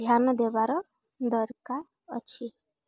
ଧ୍ୟାନ ଦେବାର ଦରକାର ଅଛି